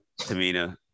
Tamina